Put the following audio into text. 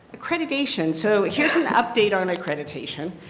accreditation. so here is an update on accreditation.